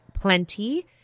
Plenty